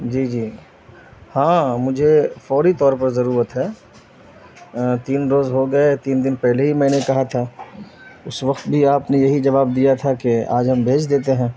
جی جی ہاں مجھے فوری طور پر ضرورت ہے تین روز ہو گئے تین دن پہلے ہی میں نے کہا تھا اس وقت بھی آپ نے یہی جواب دیا تھا کہ آج ہم بھیج دیتے ہیں